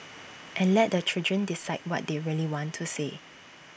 and let the children decide what they really want to say